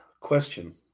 Question